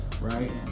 right